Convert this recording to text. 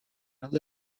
living